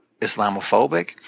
Islamophobic